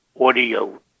audio